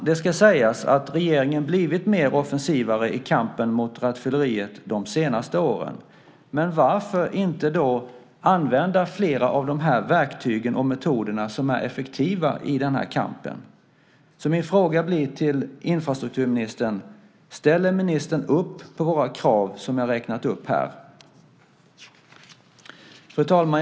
Det ska sägas att regeringen blivit mer offensiv i kampen mot rattfylleriet de senaste åren, men varför inte då använda fler av de verktyg och metoder som är effektiva i den här kampen? Min fråga till infrastrukturministern blir: Ställer ministern upp på våra krav som jag räknat upp här? Fru talman!